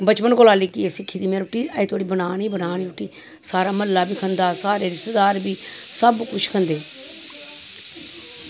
बचपन कोला सिक्खी दी रुट्टी अज्ज धोड़ी बनानी गै बनानी रुट्टी सारा म्हल्ला बी खंदा सारे रिश्तेदार बी सब कुछ खंदे